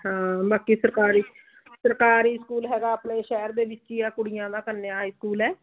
ਹਾਂ ਬਾਕੀ ਸਰਕਾਰੀ ਸਰਕਾਰੀ ਸਕੂਲ ਹੈਗਾ ਆਪਣੇ ਸ਼ਹਿਰ ਦੇ ਵਿੱਚ ਹੀ ਆ ਕੁੜੀਆਂ ਦਾ ਕੰਨਿਆ ਹਾਈ ਸਕੂਲ ਹੈ